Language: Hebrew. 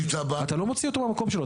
אתה לא מוציא אותו מהמקום שלו.